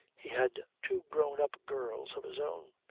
he had two grown-up girls of his own.